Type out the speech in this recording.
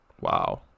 Wow